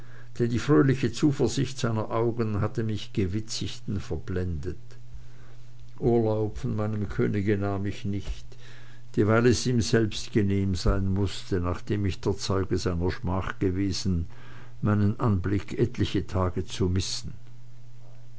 denn die fröhliche zuversicht seiner augen hatte mich gewitzigten verblendet urlaub von meinem könige nahm ich nicht dieweil es ihm selbst genehm sein mußte nachdem ich der zeuge seiner schmach gewesen meinen anblick etliche tage zu missen